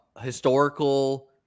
historical